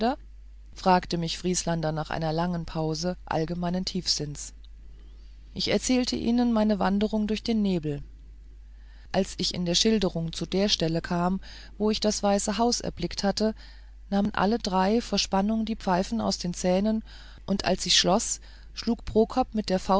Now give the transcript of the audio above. fragte mich vrieslander nach einer langen pause allgemeinen tiefsinnes ich erzählte ihnen meine wanderung durch den nebel als ich in der schilderung zu der stelle kam wo ich das weiße haus erblickt hatte nahmen alle drei vor spannung die pfeifen aus den zähnen und als ich schloß schlug prokop mit der